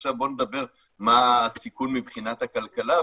ועכשיו בוא נדבר מה הסיכון מבחינת הכלכלה,